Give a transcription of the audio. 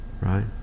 right